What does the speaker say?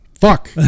Fuck